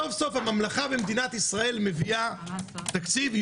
סוף-סוף הממלכה במדינת ישראל סוף-סוף מביאה תקציב.